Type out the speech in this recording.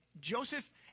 Joseph